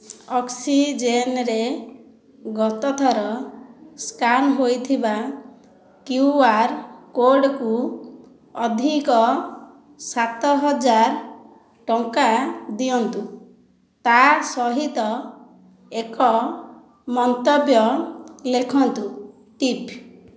ଅକ୍ସିଜେନ୍ରେ ଗତ ଥର ସ୍କାନ ହୋଇଥିବା କ୍ୟୁ ଆର୍ କୋଡକୁ ଅଧିକ ସାତ ହଜାର ଟଙ୍କା ଦିଅନ୍ତୁ ତା ସହିତ ଏକ ମନ୍ତବ୍ୟ ଲେଖନ୍ତୁ ଟିପ୍